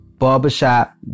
Barbershop